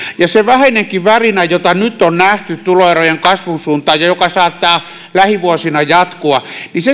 se vähäinenkin värinä jota nyt on nähty tuloerojen kasvun suuntaan ja joka saattaa lähivuosina jatkua